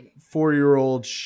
four-year-old